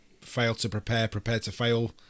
fail-to-prepare-prepare-to-fail